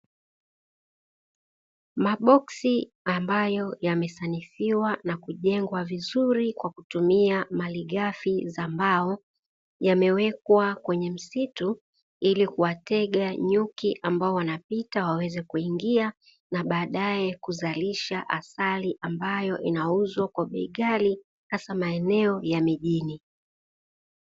Maboksi ambayo yamesanifiwa na kujengwa vizuri kwa kutumia malighafi za mbao, yamewekwa kwenye msitu ili kuwatega nyuki ambao wanapita waweze kuingia, na baadaye kuzalisha asali ambayo inauzwa kwa bei ghali hasa maeneo ya mijini.